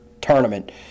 tournament